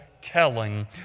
telling